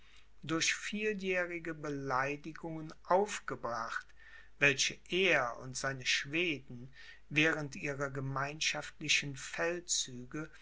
durch vieljährige beleidigungen aufgebracht welche er und seine schweden während ihrer gemeinschaftlichen feldzüge